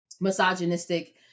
misogynistic